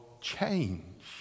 change